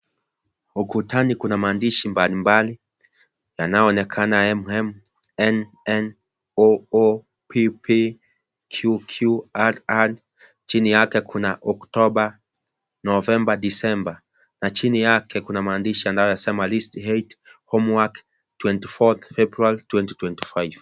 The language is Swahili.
Ukutani kuna maandishi mbalimbali MMNNOOppqqrr chini yake kuna October ,November ,December na chini yake kuna maandishi yanayosema list 8 homework 24 /2/2025 .